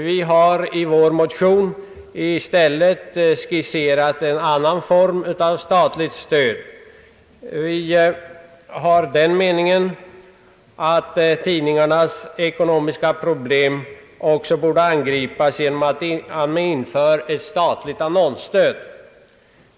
Vi har i de likalydande motionerna i stället skisserat en annan form av statligt stöd. Vi har den meningen att tidningarnas ekonomiska problem också borde angripas genom att man inför ett statligt annonsstöd.